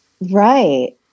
Right